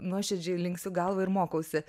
nuoširdžiai linksiu galvą ir mokausi